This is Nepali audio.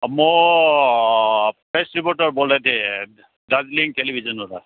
म प्रेस रिपोर्टर बोल्दैथिएँ दार्जिलिङ टेलिभिजनबाट